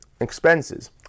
expenses